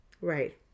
Right